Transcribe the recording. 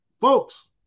folks